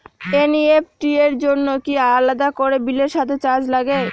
NEFT র জন্য কি আলাদা করে বিলের সাথে চার্জ লাগে?